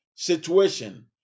Situation